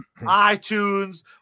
itunes